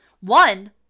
One